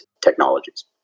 technologies